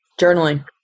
Journaling